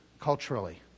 culturally